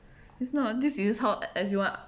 it's not this is how everyone